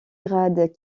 grades